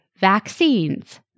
vaccines